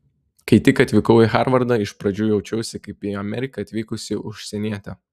kai tik atvykau į harvardą iš pradžių jaučiausi kaip į ameriką atvykusi užsienietė